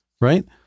right